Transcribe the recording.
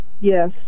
Yes